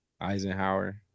Eisenhower